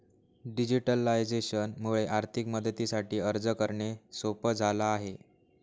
digitalisation मुळे आर्थिक मदतीसाठी अर्ज करणे सोप झाला आहे